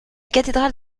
cathédrale